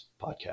podcast